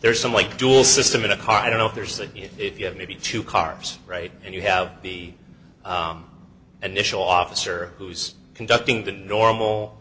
there's some like dual system in a car i don't know if there's that yet if you have maybe two cars right and you have the additional officer who's conducting the normal